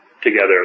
together